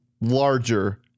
larger